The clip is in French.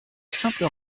simple